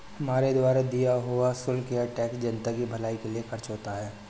हमारे द्वारा दिया हुआ शुल्क या टैक्स जनता की भलाई के लिए खर्च होता है